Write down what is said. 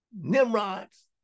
Nimrod's